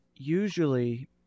Usually